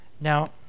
Now